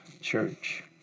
church